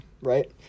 right